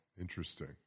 Interesting